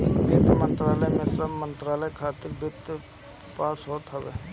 वित्त मंत्रालय में सब मंत्रालय खातिर वित्त पास होत हवे